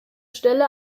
stelle